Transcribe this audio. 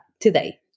today